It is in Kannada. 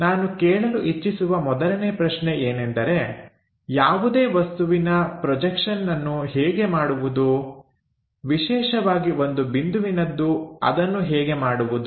ನಾನು ಕೇಳಲು ಇಚ್ಚಿಸುವ ಮೊದಲನೇ ಪ್ರಶ್ನೆ ಏನೆಂದರೆ ಯಾವುದೇ ವಸ್ತುವಿನ ಪ್ರೊಜೆಕ್ಷನ್ಅನ್ನು ಹೇಗೆ ಮಾಡುವುದು ವಿಶೇಷವಾಗಿ ಒಂದು ಬಿಂದುವಿನದ್ದು ಅದನ್ನು ಹೇಗೆ ಮಾಡುವುದು